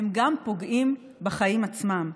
הם פוגעים גם בחיים עצמם.